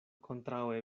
kontraŭe